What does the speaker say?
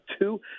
two –